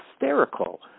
hysterical